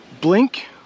Blink